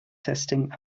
testing